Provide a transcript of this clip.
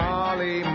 Molly